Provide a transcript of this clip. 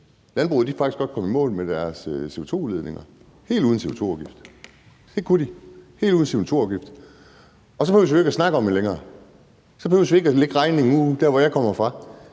landbruget godt kan komme i mål med deres CO2-udledninger, helt uden CO2-afgifter. Det kan de, helt uden CO2-afgifter. Og så behøver vi ikke at snakke om det længere; så behøver vi ikke at lægge regningen der, hvor jeg kommer fra,